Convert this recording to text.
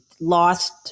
lost